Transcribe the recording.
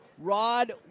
Rod